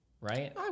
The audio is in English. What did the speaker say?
right